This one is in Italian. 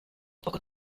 poco